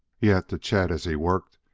yet, to chet as he worked,